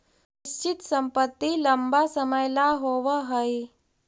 निश्चित संपत्ति लंबा समय ला होवऽ हइ